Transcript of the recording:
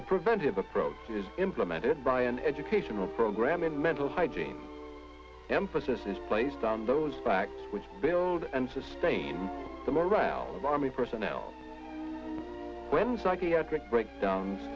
the preventive approach is implemented by an educational program and mental hygiene emphasis is placed on those facts which build and sustain the morale of army personnel when psychiatric breakdowns